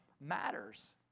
matters